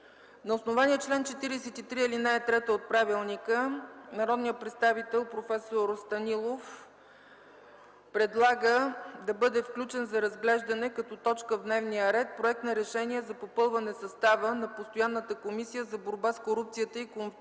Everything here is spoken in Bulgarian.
На основание чл. 43, ал. 3 от правилника народният представител проф. Станилов предлага да бъде включен за разглеждане като точка в дневния ред Проект на решение за попълване състава на постоянната Комисия за борба с корупцията и конфликт